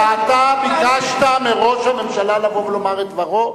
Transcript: אתה ביקשת מראש הממשלה לבוא ולומר את דברו,